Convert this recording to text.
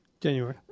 January